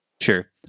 Sure